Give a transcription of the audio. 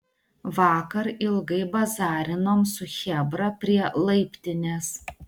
vakar ilgai bazarinom su chebra prie laiptinės